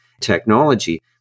technology